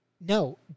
no